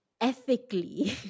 ethically